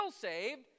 saved